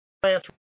Plants